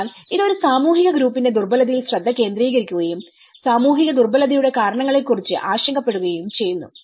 അതിനാൽ ഇത് ഒരു സാമൂഹിക ഗ്രൂപ്പിന്റെ ദുർബലതയിൽ ശ്രദ്ധ കേന്ദ്രീകരിക്കുകയും സാമൂഹിക ദുർബലതയുടെ കാരണങ്ങളെക്കുറിച്ച് ആശങ്കപ്പെടുകയും ചെയ്യുന്നു